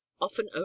often